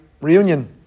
reunion